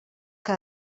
que